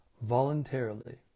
voluntarily